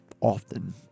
often